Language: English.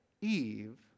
Eve